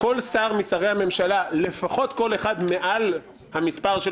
כל שר משרי הממשלה לפחות כל אחד מעל המספר של